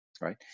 right